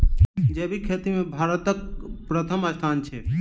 जैबिक खेती मे भारतक परथम स्थान छै